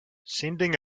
sending